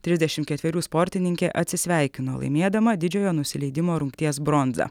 trisdešimt ketverių sportininkė atsisveikino laimėdama didžiojo nusileidimo rungties bronzą